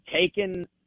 taken